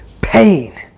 pain